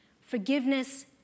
Forgiveness